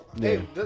Hey